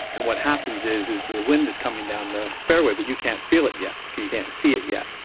and what happens is is the wind is coming down the fairway but you can't feel it yet because you can't see it yet.